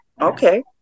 Okay